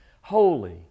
Holy